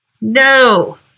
No